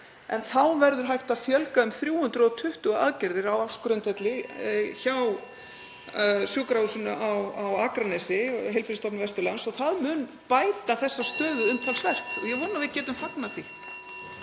Þá verður hægt að fjölga um 320 aðgerðir á ársgrundvelli hjá sjúkrahúsinu á Akranesi, Heilbrigðisstofnun Vesturlands. (Forseti hringir.) Það mun bæta þessa stöðu umtalsvert og ég vona að við getum fagnað því.